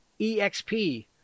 EXP